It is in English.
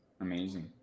Amazing